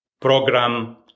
program